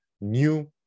new